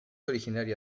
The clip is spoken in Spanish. originaria